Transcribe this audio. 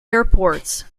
airports